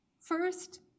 First